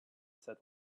sat